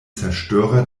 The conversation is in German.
zerstörer